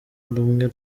rumwe